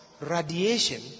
radiation